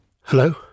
Hello